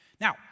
Now